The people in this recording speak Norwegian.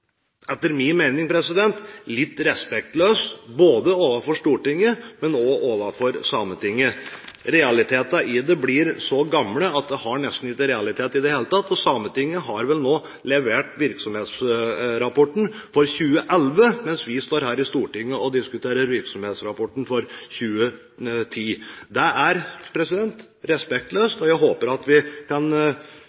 etter min mening litt respektløst ikke bare overfor Stortinget, men også overfor Sametinget. Realitetene i dette blir så gamle at det nesten ikke har realitet i det hele tatt. Sametinget har vel nå levert virksomhetsrapporten for 2011, mens vi står her i Stortinget og diskuterer virksomhetsrapporten for 2010. Det er